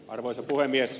arvoisa puhemies